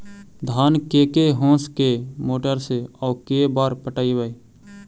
धान के के होंस के मोटर से औ के बार पटइबै?